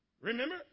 Remember